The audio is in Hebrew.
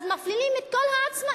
אז מפלילים את כל העצמאים,